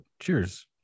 Cheers